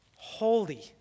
holy